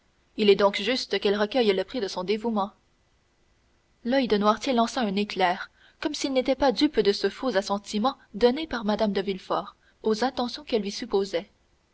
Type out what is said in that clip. il est donc juste qu'elle recueille le prix de son dévouement l'oeil de noirtier lança un éclair comme s'il n'était pas dupe de ce faux assentiment donné par mme de villefort aux intentions qu'elle lui supposait